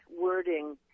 wording